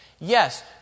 Yes